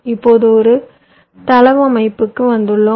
இப்போது ஒரு தளவமைப்புக்கு வந்துள்ளோம்